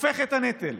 הופך את הנטל: